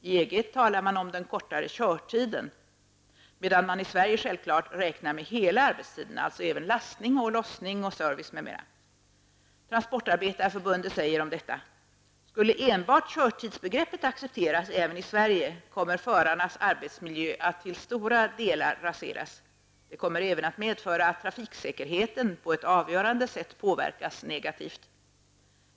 I EG talar man enbart om den kortare körtiden medan man i Sverige självklart räknar med hela arbetstiden, alltså även lastning, lossning, service m.m. Om detta säger transportarbetarförbundet: Skulle enbart körtidsbegreppet accepteras även i Sverige kommer förarnas arbetsmiljö att till stora delar raseras. Det kommer även att medföra att trafiksäkerheten på ett avgörande sätt påverkas negativt.